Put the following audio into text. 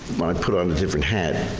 when i put on a different hat,